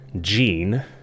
gene